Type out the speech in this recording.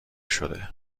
شده